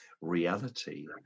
reality